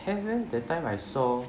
have eh that time I saw